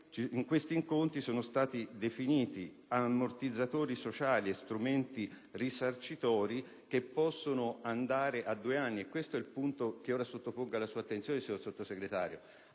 In quegli incontri, infatti, sono stati definiti ammortizzatori sociali e strumenti risarcitori che potranno durare due anni. Questo è il punto che sottopongo alla sua attenzione, signor Sottosegretario: